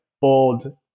bold